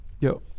Yo